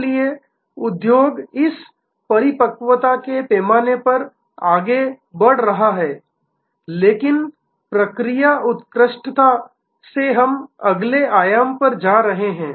इसलिए उद्योग इस परिपक्वता के पैमाने पर आगे बढ़ रहा है लेकिन प्रक्रिया उत्कृष्टता से हम अगले आयाम पर जा रहे हैं